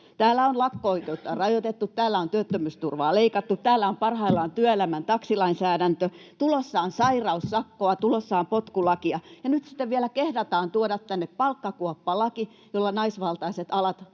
Täällä on lakko-oikeutta rajoitettu, täällä on työttömyysturvaa leikattu, täällä on parhaillaan työelämän taksilainsäädäntö. Tulossa on sairaussakkoa, tulossa on potkulakia, ja nyt sitten vielä kehdataan tuoda tänne palkkakuoppalaki, jolla naisvaltaiset alat